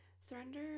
surrender